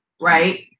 Right